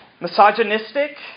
misogynistic